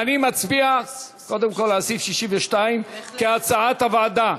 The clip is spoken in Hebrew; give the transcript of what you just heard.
נצביע קודם כול על סעיף 62, כהצעת הוועדה.